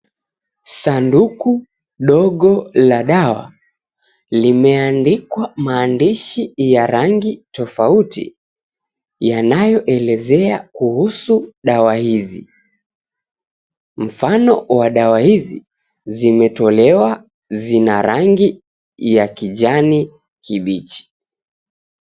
Sanduku dogo la dawa limeandikwa maandishi ya rangi tofauti yanayoelezea kuhusu dawa hizi. Mfano wa dawa hizi zimetolewa zina rangi ya kijani kibichi.